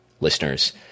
listeners